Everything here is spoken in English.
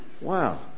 Wow